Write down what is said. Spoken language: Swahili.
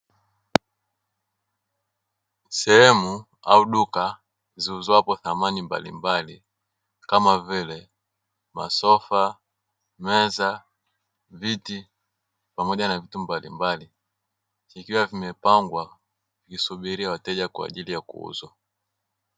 Sehemu au duka ziuzwapo samani mbalimbali kama vile masofa, meza, viti pamoja na vitu mbalimbali vikiwa vimepangwa vikisubiria wateja kwa ajili ya kuuzwa.